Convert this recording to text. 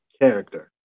character